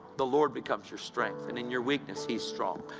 the lord becomes your strength, and in your weakness he is strong.